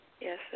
Yes